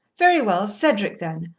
very well. cedric, then.